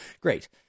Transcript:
great